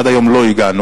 עד היום לא הגענו,